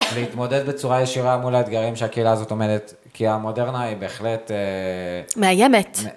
להתמודד בצורה ישירה מול האתגרים שהקהילה הזאת עומדת כי המודרנה היא בהחלט מאיימת